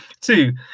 Two